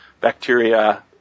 bacteria